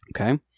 okay